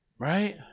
Right